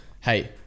hey